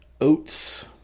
oats